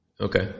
Okay